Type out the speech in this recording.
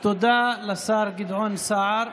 תודה לשר גדעון סער.